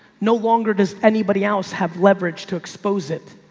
no longer does anybody else have leveraged to expose it.